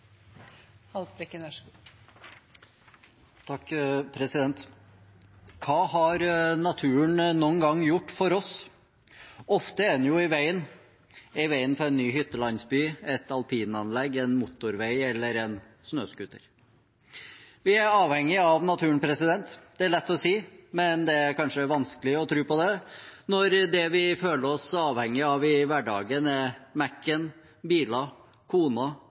jo i veien – i veien for en ny hyttelandsby, et alpinanlegg, en motorvei eller en snøscooter. Vi er avhengig av naturen. Det er lett å si, men det er kanskje vanskelig å tro på det når det vi føler oss avhengig av i hverdagen, er